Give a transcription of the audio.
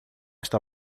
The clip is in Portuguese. está